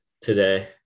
today